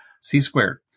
C-squared